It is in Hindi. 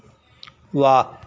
वाह